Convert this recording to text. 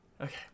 Okay